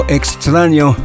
Extraño